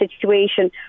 situation